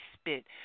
spit